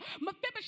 Mephibosheth